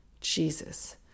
Jesus